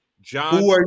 John